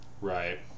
Right